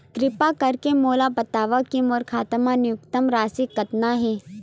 किरपा करके मोला बतावव कि मोर खाता मा न्यूनतम राशि कतना हे